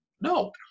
no